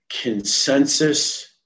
consensus